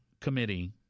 committee